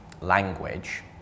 language